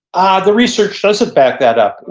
ah the research doesn't back that up.